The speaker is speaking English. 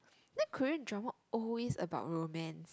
then Korean drama always about romance